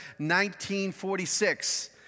1946